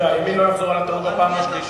שהימין לא יחזור על הטעות בפעם השלישית.